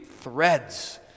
threads